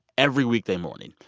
every weekday morning.